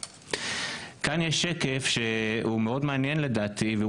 כאן יש שקף שהוא מאוד מעניין לדעתי והוא